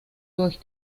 durch